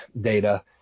data